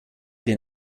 den